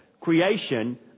creation